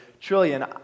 trillion